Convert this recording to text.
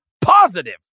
positive